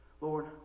Lord